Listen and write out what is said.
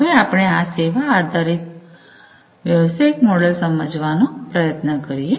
હવે આપણે સેવા આધારિત વ્યવસાયિક મોડલ સમજવાનો પ્રયત્ન કરીએ